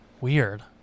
Weird